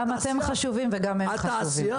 התעשייה הביטחונית --- גם אתם חשובים וגם הם חשובים.